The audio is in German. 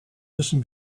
müssen